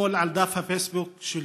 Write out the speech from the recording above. אתמול בדף הפייסבוק שלו: